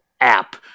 app